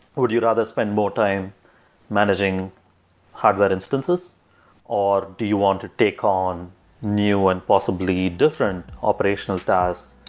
would you rather spend more time managing hardware instances or do you want to take on new and possibly different operational tasks,